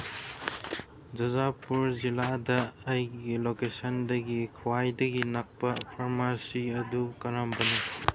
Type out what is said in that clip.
ꯖꯖꯥꯄꯨꯔ ꯖꯤꯂꯥꯗ ꯑꯩꯒꯤ ꯂꯣꯀꯦꯁꯟꯗꯒꯤ ꯈ꯭ꯋꯥꯏꯗꯒꯤ ꯅꯛꯄ ꯐꯥꯔꯃꯥꯁꯤ ꯑꯗꯨ ꯀꯔꯝꯕꯅꯣ